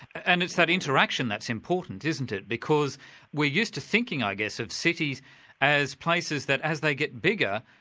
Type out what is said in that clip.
and it's that interaction that's important, isn't it, because we're used to thinking, i guess, of cities as places that as they get bigger,